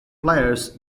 players